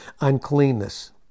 uncleanness